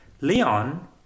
Leon